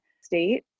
state